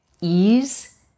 ease